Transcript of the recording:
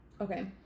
Okay